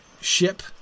ship